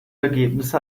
ergebnisse